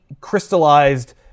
crystallized